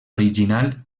original